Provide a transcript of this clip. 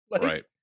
Right